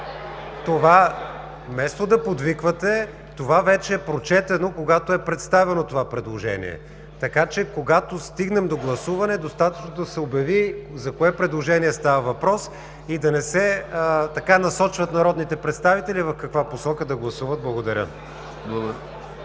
ГЕРБ.) Вместо да подвиквате, това вече е прочетено, когато е представено това предложение, така че, когато стигнем до гласуване, достатъчно е да се обяви за кое предложение става въпрос и да не се насочват народните представители в каква посока да гласуват. Благодаря.